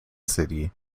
city